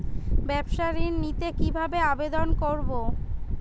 ব্যাবসা ঋণ নিতে কিভাবে আবেদন করব?